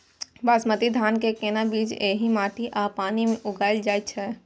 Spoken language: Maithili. बासमती धान के केना बीज एहि माटी आ पानी मे उगायल जा सकै छै?